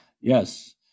Yes